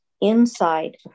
inside